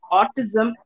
autism